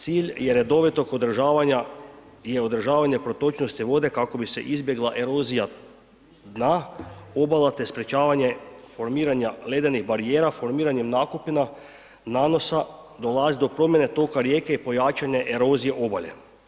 Cilj je redovitog održavanja i održavanja protočnosti vode kako bi se izbjegla erozija dna obala, te sprječavanje formiranja ledenih barijera formiranjem nakupina, nanosa, dolazi do promijene toka rijeke i pojačane erozije obale.